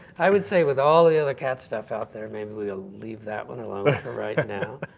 i would say with all the other cat stuff out there maybe we'll leave that one alone for right now.